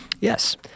Yes